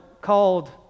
called